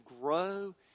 grow